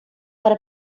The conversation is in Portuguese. para